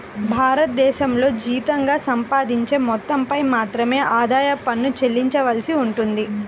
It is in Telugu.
భారతదేశంలో జీతంగా సంపాదించే మొత్తంపై మాత్రమే ఆదాయ పన్ను చెల్లించవలసి ఉంటుంది